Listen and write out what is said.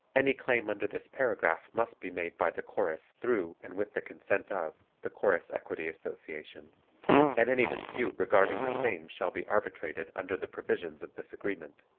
any claim under this paragraph must be made by the chorus through and with the consent of the chorus equity association and any dispute regarding the same shall be arbitrated under the provisions of this agreement.